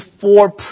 four